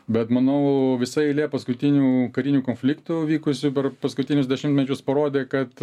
bet manau visa eilė paskutinių karinių konfliktų vykusių per paskutinius dešimtmečius parodė kad